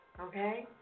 Okay